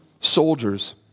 soldiers